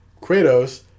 Kratos